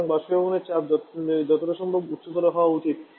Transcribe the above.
সুতরাং বাষ্পীভবনের চাপ যতটা সম্ভব উচ্চতর হওয়া উচিত